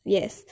Yes